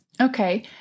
Okay